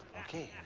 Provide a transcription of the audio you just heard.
okay.